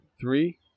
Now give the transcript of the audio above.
three